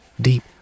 deep